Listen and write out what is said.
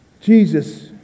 Jesus